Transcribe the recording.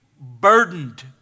burdened